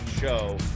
show